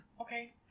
Okay